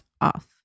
off